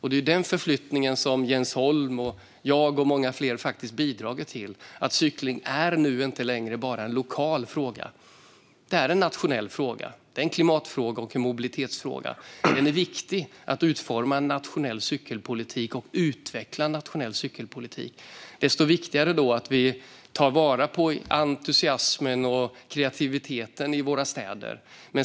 Det är den förflyttningen som Jens Holm, jag och många fler faktiskt har bidragit till: att cykling inte längre bara är en lokal utan en nationell fråga. Det är en klimatfråga och en mobilitetsfråga. Det är viktigt att utforma och utveckla en nationell cykelpolitik, och då är det desto viktigare att vi tar vara på entusiasmen och kreativiteten i våra städer.